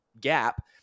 gap